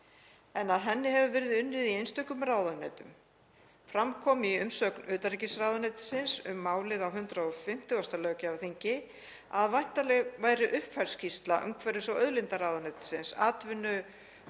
en að henni hefur verið unnið í einstökum ráðuneytum. Fram kom í umsögn utanríkisráðuneytisins um málið á 150. löggjafarþingi að væntanleg væri uppfærð skýrsla umhverfis- og auðlindaráðuneytis, atvinnuvega-